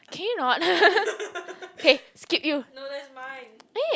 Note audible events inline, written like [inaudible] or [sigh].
can you not kay skip you [laughs] eh